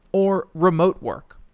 or remote work.